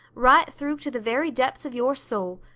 right through to the very depths of your soul.